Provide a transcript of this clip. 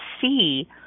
see